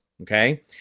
okay